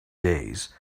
days